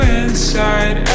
inside